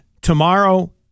tomorrow